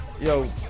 yo